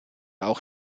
auch